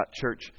church